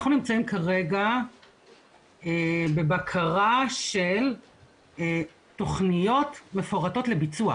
אנחנו נמצאים כרגע בבקרה של תכניות מפורטות לביצוע.